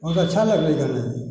बहुत अच्छा लगलै गाना ई